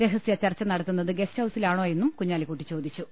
രഹസ്യ ചർച്ച നടത്തു ന്നത് ഗസ്റ്റ്ഹൌസിലാണോയെന്നും കുഞ്ഞാലിക്കുട്ടി ചോദിച്ചു